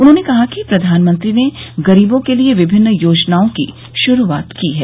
उन्होंने कहा कि प्रधानमंत्री ने गरीबों के लिये विमिन्न योजनाओं की शुरूआत की है